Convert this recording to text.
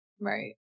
right